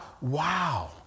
wow